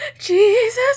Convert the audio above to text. jesus